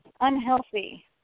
unhealthy